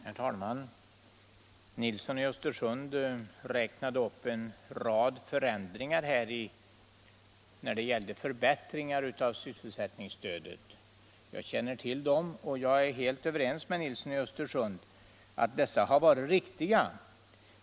Herr talman! Herr Nilsson i Östersund räknade upp en rad förbättringar av sysselsättningsstödet. Jag känner till dem, och jag är helt överens med herr Nilsson i Östersund om att de har varit riktiga.